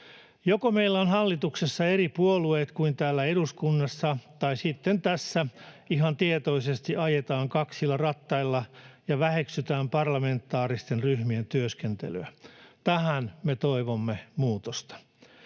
Joko meillä on hallituksessa eri puolueet kuin täällä eduskunnassa tai sitten tässä ihan tietoisesti ajetaan kaksilla rattailla ja väheksytään parlamentaaristen ryhmien työskentelyä. Tähän me toivomme muutosta.